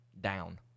Down